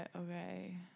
Okay